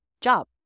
job